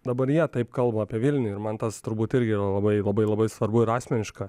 dabar jie taip kalba apie vilnių ir man tas turbūt irgi yra labai labai labai svarbu ir asmeniška